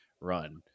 run